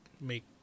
make